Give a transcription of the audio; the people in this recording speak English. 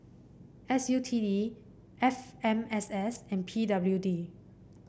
S U T D F M S S and P W D